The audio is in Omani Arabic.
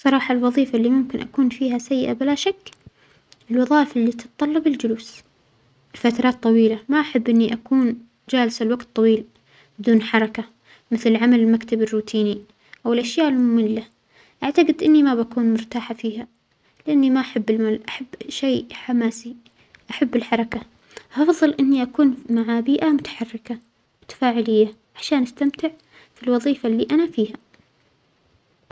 صراحة الوظيفة اللى ممكن أكون فيها سيئة بلا شك الوظائف اللى تتطلب الجلوس لفترات طويلة، ما أحل إنى أكون جالسة لوجت طويل بدون حركه، مثل العمل المكتبي الروتينى أو الأشياء المملة، أعتجد إنى ما بكون مرتاحة فيها، لإنى ما أحب الملل أحب شئ حماسى أحب الحركة، أفضل إنى أكون مع بيئة متحركة متفاعلية عشان أستمتع بالوظيفة اللى أنا فيها.